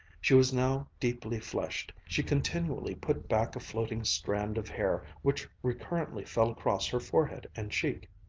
she was now deeply flushed. she continually put back a floating strand of hair, which recurrently fell across her forehead and cheek.